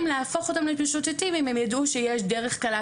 להפוך אותם למשוטטים אם הם ידעו שיש דרך קלה,